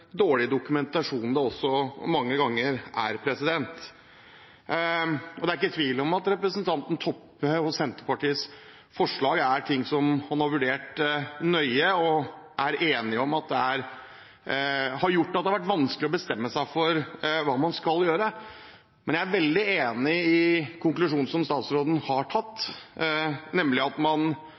dårlig dokumentasjon det også mange ganger er. Det er ikke tvil om at representanten Toppes – og Senterpartiets – forslag er ting som man har vurdert nøye, og som har gjort at det har vært vanskelig å bestemme seg for hva man skal gjøre. Men jeg er veldig enig i konklusjonen som statsråden har trukket, nemlig at man